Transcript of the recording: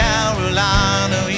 Carolina